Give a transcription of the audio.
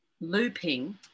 looping